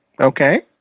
okay